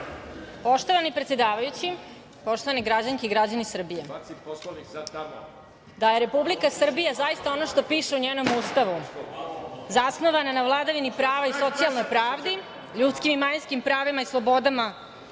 Poštovani predsedavajući, poštovani građani i građanke Srbije, da je Republika Srbija zaista ono što piše u njenom Ustavu zasnovana na vladavini prava i socijalnoj pravdi, ljudskim i manjinskim pravima i slobodama